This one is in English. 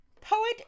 poet